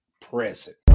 present